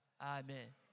Amen